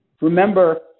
Remember